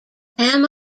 tam